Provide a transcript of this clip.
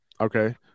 okay